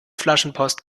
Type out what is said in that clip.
flaschenpost